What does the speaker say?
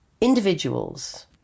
individuals